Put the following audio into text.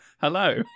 Hello